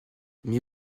mais